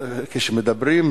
כשמדברים,